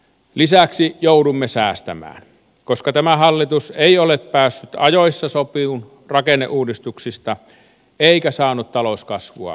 lisäksi joudumme säästämään koska tämä hallitus ei ole päässyt ajoissa sopuun rakenneuudistuksista eikä saanut talouskasvua liikkeelle